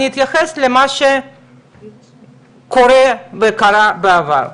אני אתייחס למה שקורה וקרה בעבר.